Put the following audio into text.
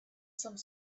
some